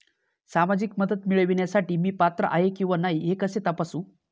सामाजिक मदत मिळविण्यासाठी मी पात्र आहे किंवा नाही हे कसे तपासू?